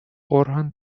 орган